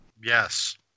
Yes